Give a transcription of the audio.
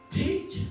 teach